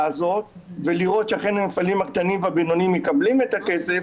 הזאת לראות שאכן המפעלים הקטנים והבינוניים מקבלים את הכסף,